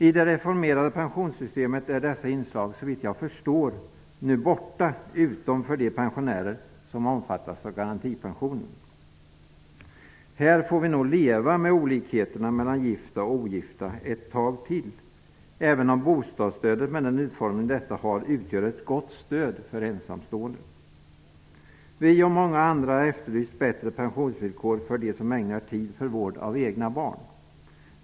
I det reformerade pensionssystemet är dessa inslag, såvitt jag förstår, borta utom för de pensionärer som omfattas av garantipensionen. Här får vi nog leva med olikheterna mellan gifta och ogifta ett tag till, även om bostadsstödet med den utformning det har utgör ett gott stöd för ensamstående. Vi och många andra har efterlyst bättre pensionsvillkor för dem som ägnar tid åt vård av egna barn.